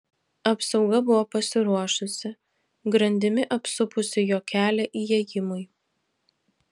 apsauga buvo pasiruošusi grandimi apsupusi jo kelią įėjimui